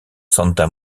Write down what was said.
santa